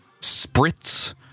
spritz